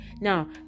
now